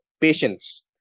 patience